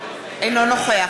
אינו נוכח